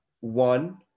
One